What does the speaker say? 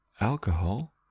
alcohol